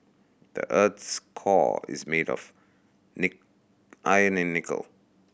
the earth's core is made of nick iron and nickel